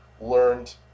learned